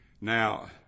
Now